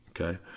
Okay